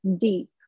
deep